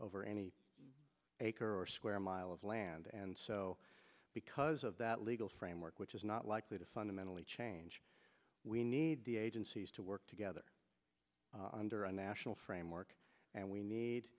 or square mile of land and so because of that legal framework which is not likely to fundamentally change we need the agencies to work together and are a national framework and we need